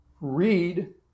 read